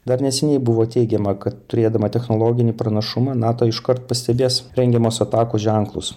dar neseniai buvo teigiama kad turėdama technologinį pranašumą nato iškart pastebės rengiamos atakos ženklus